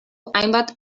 hainbat